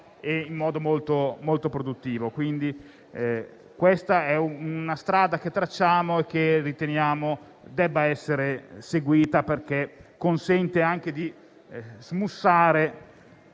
e in modo molto produttivo. Questa è una strada che tracciamo e che riteniamo debba essere seguita perché consente anche di smussare